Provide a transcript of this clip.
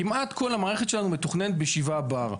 כמעט כל המערכת שלנו מתוכננת ב-7 בר.